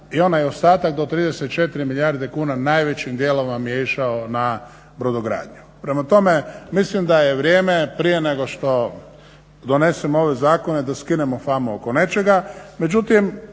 i onaj ostatak do 34 milijarde kuna najvećim dijelom vam je išao na brodogradnju. Prema tome, mislim da je vrijeme prije nego što donesemo ove zakone da skinemo famu oko nečega.